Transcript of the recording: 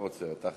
אדוני.